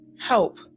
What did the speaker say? help